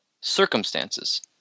circumstances